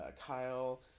Kyle